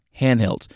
handhelds